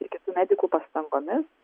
ir kitų medikų pastangomis